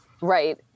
right